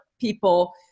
people